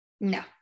No